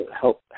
help